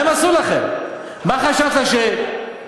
אבל כל בית-ספר שרשום